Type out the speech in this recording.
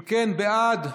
אם כן, בעד,